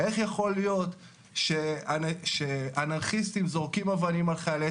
איך יכול להיות שאנרכיסטים זורקים אבנים על חיילי